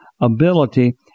ability